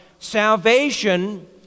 Salvation